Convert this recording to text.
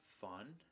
fun